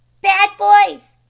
bad boys!